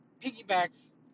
piggybacks